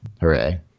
Hooray